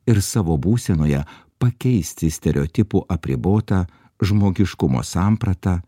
ir savo būsenoje pakeisti stereotipų apribotą žmogiškumo sampratą